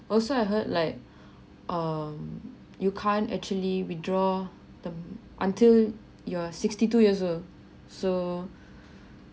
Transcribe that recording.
also I heard like um you can't actually withdraw them until you are sixty two years old so